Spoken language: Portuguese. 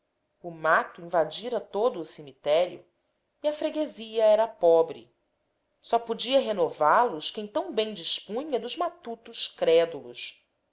o mato invadira todo o cemitério e a freguesia era pobre só podia renová los quem tão bem dispunha dos matutos crédulos